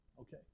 Okay